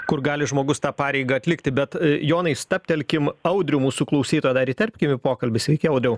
kur gali žmogus tą pareigą atlikti bet jonai stabtelkim audrių mūsų klausytoją dar įterpkim pokalbį sveiki audriau